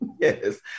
Yes